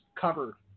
cover